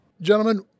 Gentlemen